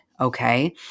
Okay